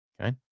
Okay